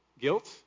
guilt